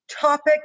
topic